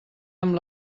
amb